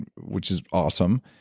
which is awesome.